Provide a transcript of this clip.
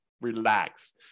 relax